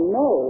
no